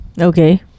Okay